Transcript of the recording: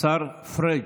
השר פריג',